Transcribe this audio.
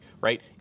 Right